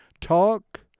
talk